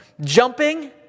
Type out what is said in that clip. jumping